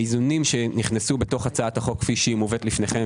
האיזונים שנכנסו בהצעת החוק כפי שמובאת בפניכם,